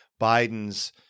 Biden's